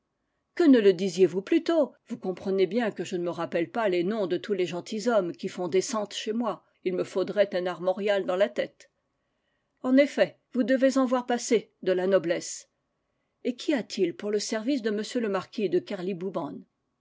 que ne le disiez-vous plus tôt vous comprenez bien que je ne me rappelle pas les noms de tous les gentilshom mes qui font descente chez moi il me faudrait un armorial dans la tête en effet vous devez en voir passer de la noblesse et qu'y a-t-il pour le service de m le marquis de